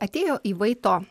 atėjo į vaito